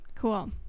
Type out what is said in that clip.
cool